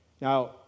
Now